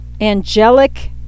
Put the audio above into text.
angelic